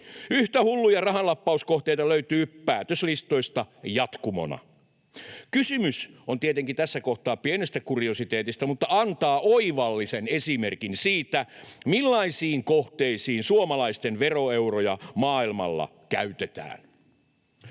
Yhtä hulluja rahanlappauskohteita löytyy päätöslistoista jatkumona. Kysymys on tietenkin tässä kohtaa pienestä kuriositeetista, mutta antaa oivallisen esimerkin siitä, millaisiin kohteisiin suomalaisten veroeuroja maailmalla käytetään.